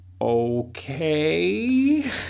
okay